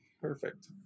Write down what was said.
Perfect